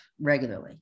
regularly